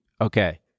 Okay